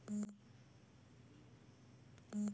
জমি ঠিকঠাক তৈরি করিবার জইন্যে কুন ট্রাক্টর বেশি ভালো কাজ করে?